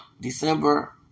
December